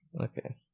okay